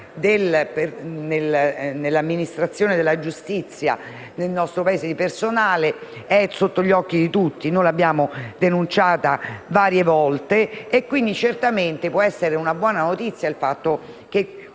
personale nell'amministrazione della giustizia nel nostro Paese è sotto gli occhi di tutti e l'abbiamo denunciata varie volte, quindi certamente può essere una buona notizia il fatto che